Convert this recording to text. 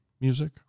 music